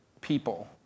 people